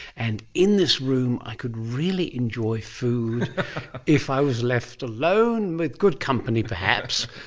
and in this room i could really enjoy food if i was left alone with good company perhaps,